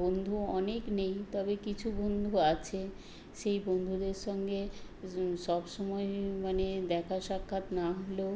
বন্ধু অনেক নেই তবে কিছু বন্ধু আছে সেই বন্ধুদের সঙ্গে সব সময় মানে দেখা সাক্ষাৎ না হলেও